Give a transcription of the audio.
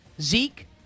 Zeke